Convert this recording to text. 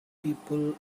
people